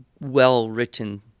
well-written